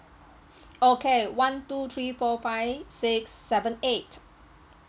okay one two three four five six seven eight